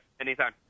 Anytime